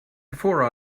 before